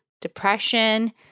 depression